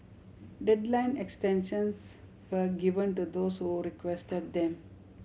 deadline extensions were given to those who requested them